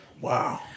wow